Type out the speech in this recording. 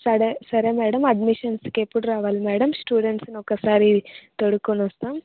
సరే సరే మ్యాడం అడ్మిషన్స్కి ఎప్పుడు రావాలి మ్యాడం స్టూడెంట్స్ని ఒక్కసారి తోడుకొని వస్తాం